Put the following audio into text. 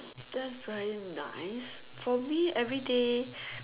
that's very nice probably everyday